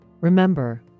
Remember